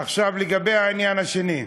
עכשיו לגבי העניין השני: